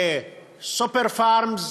סניפי "סופר פארם",